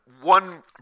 one